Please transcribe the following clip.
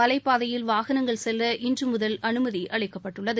மலைப்பாதையில் வாகனங்கள் செல்ல இன்று முதல் அனுமதி அளிக்கப்பட்டுள்ளது